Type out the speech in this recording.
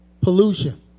Pollution